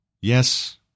yes